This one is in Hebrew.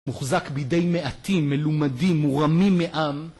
מוחזק בידי מעטים, מלומדים, מורמים מעם